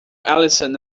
allison